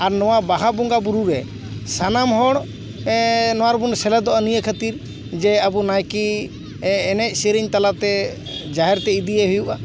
ᱟᱨ ᱱᱚᱣᱟ ᱵᱟᱦᱟ ᱵᱚᱸᱜᱟ ᱵᱳᱨᱳ ᱨᱮ ᱥᱟᱱᱟᱢ ᱦᱚᱲ ᱱᱚᱣᱟ ᱨᱮᱵᱚᱱ ᱥᱮᱞᱮᱫᱚᱜᱼᱟ ᱱᱤᱭᱟᱹ ᱠᱷᱟᱹᱛᱤᱨ ᱨᱚᱜᱼᱟ ᱡᱮ ᱟᱵᱚ ᱱᱟᱭᱠᱮ ᱮᱱᱮᱡ ᱥᱮᱨᱮᱧ ᱛᱟᱞᱟᱛᱮ ᱡᱟᱦᱮᱨ ᱛᱮ ᱤᱫᱤᱭᱮ ᱦᱩᱭᱩᱜᱼᱟ